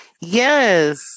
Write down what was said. Yes